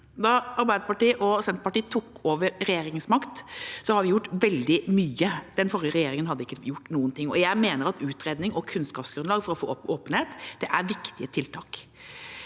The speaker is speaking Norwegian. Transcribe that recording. Fra Arbeiderpartiet og Senterpartiet tok over regjeringsmakta, har vi gjort veldig mye. Den forrige regjeringa hadde ikke gjort noen ting, og jeg mener at utredning og kunnskapsgrunnlag for å få opp åpenhet er viktige tiltak.